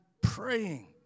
praying